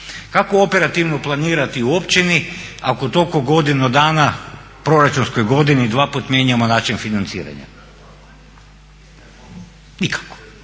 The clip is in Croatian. Kako operativno planirati u općini ako u toku godinu dana u proračunskoj godini dva puta mijenjamo način financiranja? Nikako.